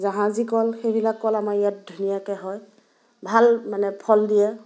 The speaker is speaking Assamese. জাহাজী কল সেইবিলাক কল আমাৰ ইয়াত ধুনীয়াকৈ হয় ভাল মানে ফল দিয়ে